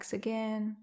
again